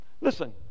Listen